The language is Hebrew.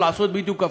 ולעשות בדיוק הפוך.